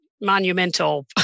monumental